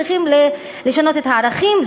צריכים לשנות את הערכים.